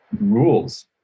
rules